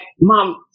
mom